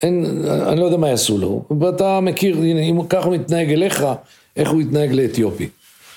אני לא יודע מה יעשו לו, אתה מכיר, אם ככה הוא מתנהג אליך, איך הוא יתנהג לאתיופי.